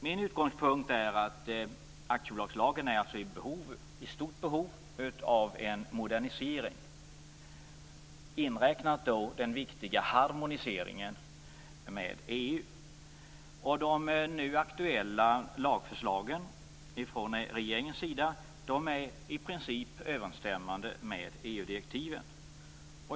Min utgångspunkt är att aktiebolagslagen är i stort behov av en modernisering, inräknat den viktiga harmoniseringen med EU. De nu aktuella lagförslagen från regeringens sida är i princip överensstämmande med EU-direktiven.